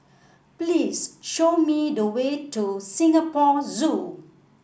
please show me the way to Singapore Zoo